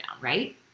right